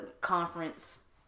Conference